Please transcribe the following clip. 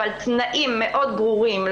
תנאים מאוד ברורים,